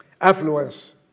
Affluence